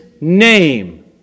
name